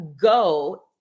go